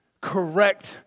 correct